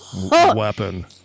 weapon